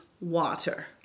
water